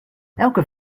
elke